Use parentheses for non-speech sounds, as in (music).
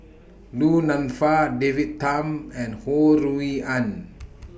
(noise) Du Nanfa David Tham and Ho Rui An